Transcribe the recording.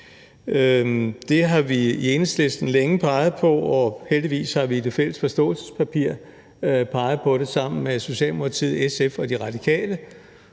Det har vi i Enhedslisten længe peget på, og heldigvis har vi i det fælles forståelsespapir peget på det sammen med Socialdemokratiet, SF og De Radikale,